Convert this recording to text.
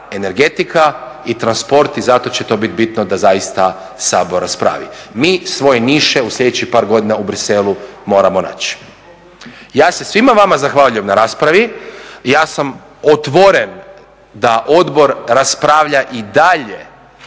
energetika i transport i zato će to biti bitno da zaista Sabor raspravi. Mi svoje niše u sljedećih par godina u Bruxellesu moramo naći. Ja se svima vama zahvaljujem na raspravi, ja sam otvoren da odbor raspravlja i dalje